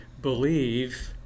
believe